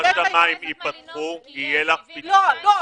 כשהשמיים יפתחו יהיה לך פיתרון.